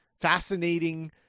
fascinating